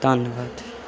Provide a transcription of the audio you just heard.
ਧੰਨਵਾਦ